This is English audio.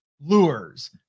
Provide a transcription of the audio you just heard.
lures